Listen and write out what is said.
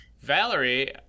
Valerie